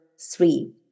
three